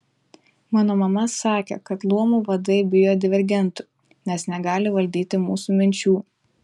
mano mama sakė kad luomų vadai bijo divergentų nes negali valdyti mūsų minčių